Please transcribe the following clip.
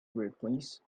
workplace